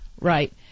Right